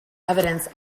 evidence